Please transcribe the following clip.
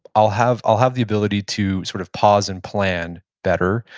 i'll have i'll have the ability to sort of pause and plan better.